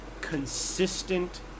consistent